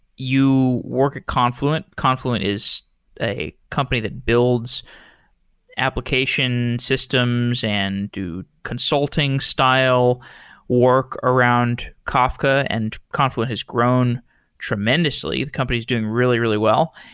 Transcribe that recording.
you work at confluent. confluent is a company that builds application systems and do consulting style work around around kafka. and confluent has grown tremendously. the company is doing really, really well.